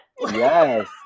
yes